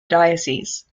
diocese